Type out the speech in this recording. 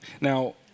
Now